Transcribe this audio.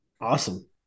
Awesome